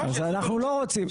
אז אנחנו לא רוצים.